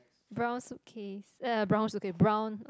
brown suitcase uh brown suitcase brown